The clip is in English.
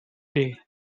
day